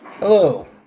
Hello